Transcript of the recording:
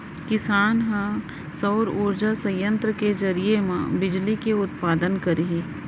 किसान ह सउर उरजा संयत्र के जरिए म बिजली के उत्पादन करही